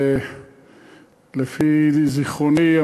לפי זיכרוני,